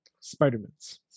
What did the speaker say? spider-mans